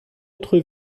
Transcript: autre